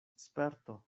sperto